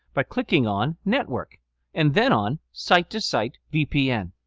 by clicking on network and then on site-to-site-vpn